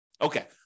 Okay